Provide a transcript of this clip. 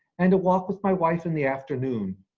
and a walk with my wife in the afternoon.